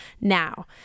now